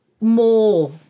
more